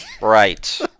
Right